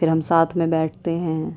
پھر ہم ساتھ میں بیٹھتے ہیں